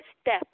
step